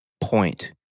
point